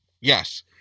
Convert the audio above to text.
yes